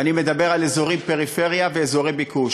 ואני מדבר על אזורי פריפריה ואזורי ביקוש,